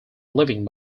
living